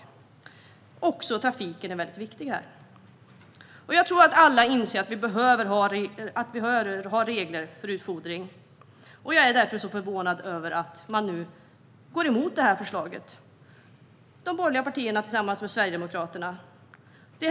Också trafiken är viktig. Alla inser att det behövs regler för utfodring. Jag är därför förvånad över att de borgerliga partierna tillsammans med Sverigedemokraterna är emot förslaget.